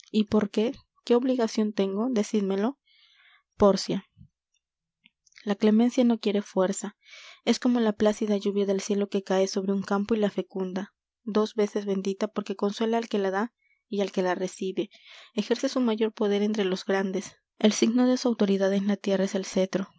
y por qué qué obligacion tengo decídmelo pórcia la clemencia no quiere fuerza es como la plácida lluvia del cielo que cae sobre un campo y le fecunda dos veces bendita porque consuela al que la da y al que la recibe ejerce su mayor poder entre los grandes el signo de su autoridad en la tierra es el cetro